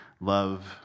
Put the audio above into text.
love